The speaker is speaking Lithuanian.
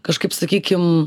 kažkaip sakykim